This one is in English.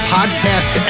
Podcast